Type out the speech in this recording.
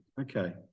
Okay